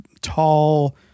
tall